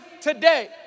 today